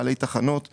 בעלי תחנות וכולי,